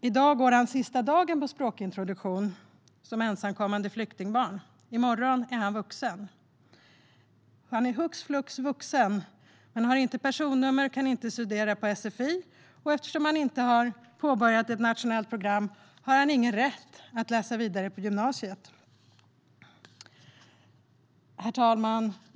I dag går han sista dagen på språkintroduktion som ensamkommande flyktingbarn. I morgon är han vuxen. Han är hux flux vuxen, men han har inte något personnummer så han kan inte studera på sfi. Och eftersom han inte har påbörjat ett nationellt program har han ingen rätt att läsa vidare på gymnasiet. Herr talman!